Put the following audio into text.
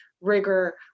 rigor